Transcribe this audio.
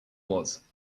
was